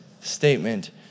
statement